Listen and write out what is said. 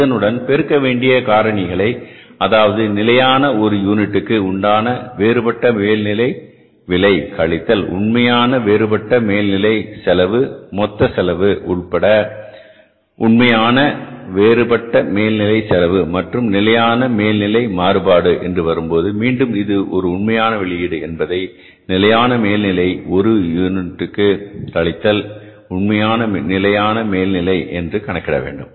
இதனுடன் பெருக்க வேண்டிய காரணிகளை அதாவது நிலையான ஒரு யூனிட்டுக்கு உண்டான வேறுபட்ட மேல்நிலை விலை கழித்தல் உண்மையான வேறுபட்ட மேல்நிலை செலவு மொத்த செலவு உண்மையான வேறுபட்ட மேல் நிலை செலவு மற்றும் நிலையான மேல்நிலை மாறுபாடு என்று வரும்போது மீண்டும் இது உண்மையான வெளியீடு என்பதை நிலையான மேல்நிலை விலை ஒரு யூனிட்டிற்கு கழித்தல் உண்மையான நிலையான மேல்நிலை என்று கணக்கிட வேண்டும்